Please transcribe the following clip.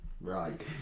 Right